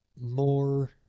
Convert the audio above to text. more